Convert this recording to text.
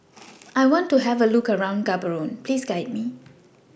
I want to Have A Look around Gaborone Please Guide Me